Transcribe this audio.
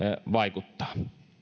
vaikuttaa